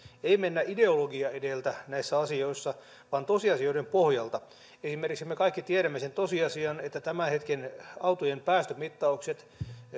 ei mennä ideologia edellä näissä asioissa vaan tosiasioiden pohjalta me kaikki tiedämme esimerkiksi sen tosiasian että tämän hetken autojen päästömittaukset